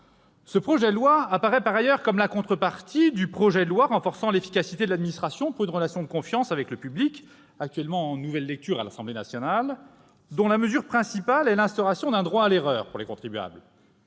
Ce projet de loi apparaît par ailleurs comme la contrepartie du projet de loi renforçant l'efficacité de l'administration pour une relation de confiance avec le public, actuellement en nouvelle lecture à l'Assemblée nationale, dont la mesure principale est l'instauration d'un droit à l'erreur pour les contribuables.